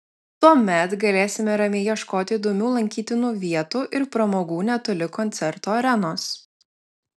tuomet galėsime ramiai ieškoti įdomių lankytinų vietų ir pramogų netoli koncerto arenos